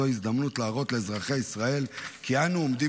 זאת הזדמנות להראות לאזרחי ישראל כי אנו עומדים